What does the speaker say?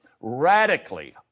radically